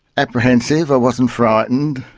apprehensive. i wasn't frightened.